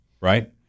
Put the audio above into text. right